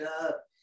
up